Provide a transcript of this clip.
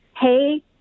hey